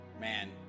Man